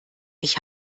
ich